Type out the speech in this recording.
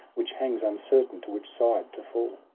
which hangs uncertain to which side to fall.